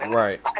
right